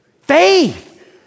faith